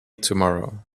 tomorrow